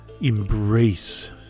embrace